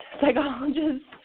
Psychologists